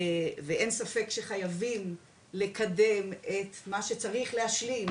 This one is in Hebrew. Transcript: ואין ספק שחייבים לקדם את מה שצריך להשלים,